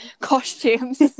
costumes